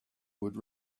would